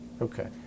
Okay